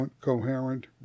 coherent